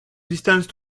distance